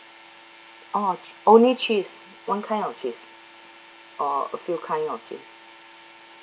oh only cheese one kind of cheese or a few kind of cheese